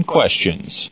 Questions